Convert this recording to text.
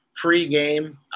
Pre-game